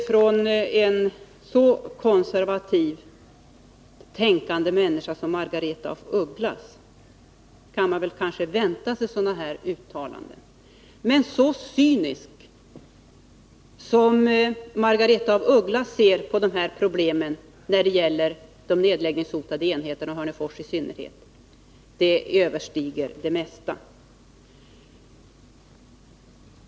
Från en så konservativt tänkande människa som Margaretha af Ugglas kan man kanske vänta sig sådana här uttalanden, men den cyniska syn som Margaretha af Ugglas har på de här problemen när det gäller de nedläggningshotade enheterna — Hörnefors i synnerhet — överstiger det mesta.